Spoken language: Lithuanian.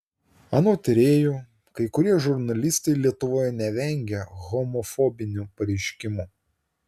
anot tyrėjų kai kurie žurnalistai lietuvoje nevengia homofobinių pareiškimų